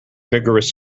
vigorous